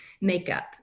makeup